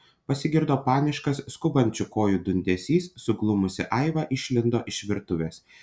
pasigirdo paniškas skubančių kojų dundesys suglumusi aiva išlindo iš virtuvės